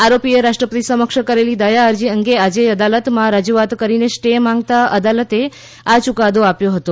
આરોપીએ રાષ્ટ્રપતિ સમક્ષ કરેલી દયા અરજી અંગે આજે અદાલતમાં રજૂઆત કરીને સ્ટે માગતાં અદાલતે આ ચુકાદો આપ્યો હતો